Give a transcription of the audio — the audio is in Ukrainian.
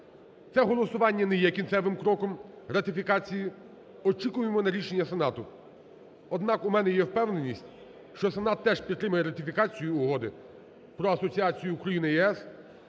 Це голосування не є кінцевим кроком ратифікації, очікуємо на рішення Сенату. Однак, у мене є впевненість, що Сенат теж підтримає ратифікацію Угоди про асоціацію України - ЄС.